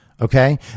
okay